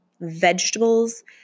vegetables